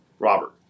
Robert